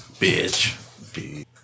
Bitch